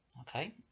Okay